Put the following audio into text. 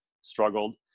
struggled